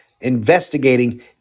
investigating